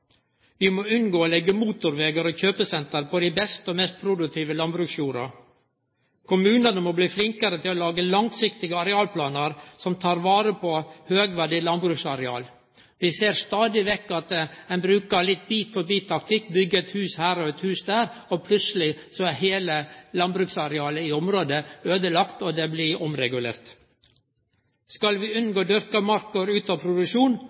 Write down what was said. Vi må unngå å leggje motorvegar og kjøpesenter på den beste og mest produktive landbruksjorda. Kommunane må bli flinkare til å lage langsiktige arealplanar som tek vare på høgverdig landbruksareal. Vi ser stadig vekk at ein bruker ein bit-for-bit-taktikk, byggjer eit hus her og eit hus der, og plutseleg er heile landbruksarealet i området øydelagt, og det blir omregulert. Skal vi unngå at dyrka mark går ut av produksjon,